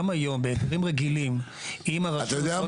גם היום בהיתרים רגילים אם הרשות לא